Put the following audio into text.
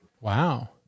Wow